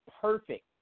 perfect